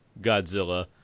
Godzilla